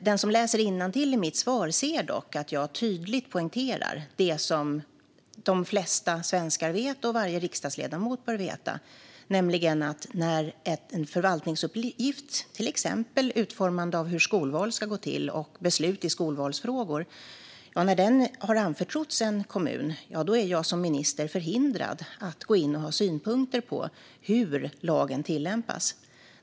Den som läser innantill i mitt svar ser dock att jag tydligt poängterar det som de flesta svenskar vet och varje riksdagsledamot bör veta, nämligen att när en förvaltningsuppgift, till exempel utformande av hur skolval ska gå till och beslut i skolvalsfrågor, har anförtrotts en kommun är jag som minister förhindrad att gå in och ha synpunkter på hur lagen tillämpas.